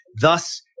Thus